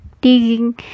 digging